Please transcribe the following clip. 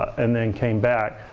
and then came back.